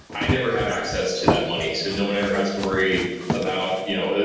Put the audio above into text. i never have access to that money so no one ever has to worry about you know,